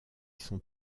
sont